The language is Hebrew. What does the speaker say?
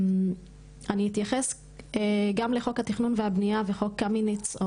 אני אתייחס גם לחוק התכנון והבנייה ולחוק קמיניץ,